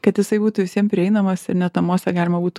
kad jisai būtų visiem prieinamas ir net namuose galima būtų